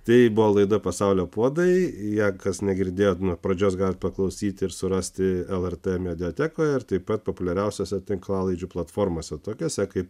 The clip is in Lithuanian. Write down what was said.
tai buvo laida pasaulio puodai jei kas negirdėjote nuo pradžios galite paklausyti ir surasti lrt mediatekoje taip pat populiariausiose tinklalaidžių platformose tokiose kaip